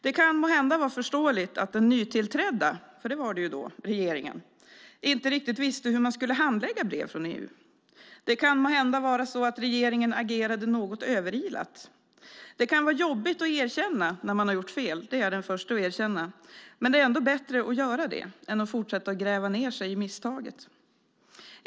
Det kan måhända vara förståeligt att den nytillträdda regeringen - som det var då - inte riktigt visste hur man skulle handlägga brev från EU. Det kan måhända vara så att regeringen agerade något överilat. Det kan vara jobbigt att erkänna när man har gjort fel, det är jag den första att erkänna, men det är ändå bättre att göra det än att fortsätta gräva ned sig i misstaget.